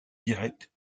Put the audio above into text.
directe